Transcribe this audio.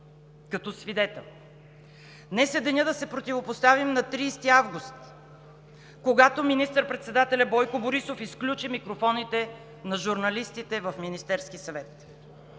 като свидетел. Днес е денят да се противопоставим на 30 август, когато министър-председателят Бойко Борисов изключи микрофоните на журналистите в Министерския съвет.